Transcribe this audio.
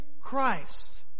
Christ